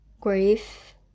grief